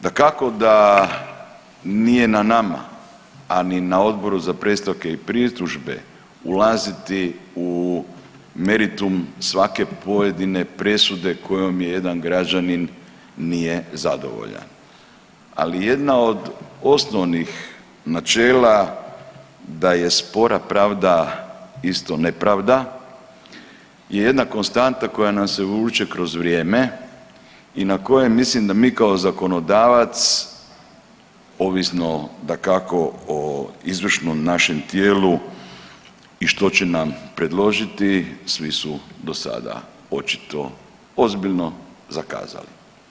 Dakako da nije na nama, a ni na Odboru za predstavke i pritužbe ulaziti u meritum svake pojedine presude kojom jedan građanin nije zadovoljan, ali jedna od osnovnih načela da je spora pravda isto nepravda je jedna konstanta koja nas se vuče kroz vrijeme i na koje mislim da mi kao zakonodavac ovisno dakako o izvršnom našem tijelu i što će nam predložiti, svi su do sada očito ozbiljno zakazali.